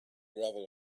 gravel